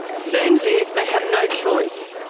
soon liz may have no choice.